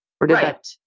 Right